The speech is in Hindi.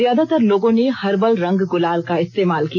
ज्यादातर लोगों ने हर्बल रंग गुलाल का इस्तेमाल किया